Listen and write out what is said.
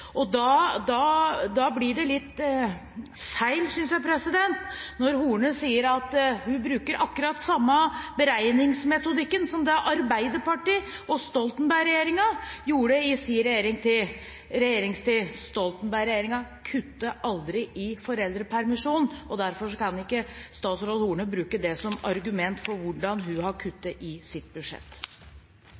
Da blir det litt feil, synes jeg, når Horne sier at hun bruker akkurat samme beregningsmetodikk som det Arbeiderpartiet og Stoltenberg-regjeringen gjorde i sin regjeringstid. Stoltenberg-regjeringen kuttet aldri i foreldrepermisjonen, derfor kan ikke statsråd Horne bruke det som argument for hvordan hun har kuttet i sitt budsjett.